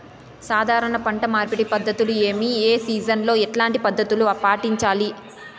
సాధారణ పంట మార్పిడి పద్ధతులు ఏవి? ఏ సీజన్ లో ఎట్లాంటి పద్ధతులు పాటించాలి?